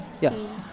Yes